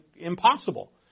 impossible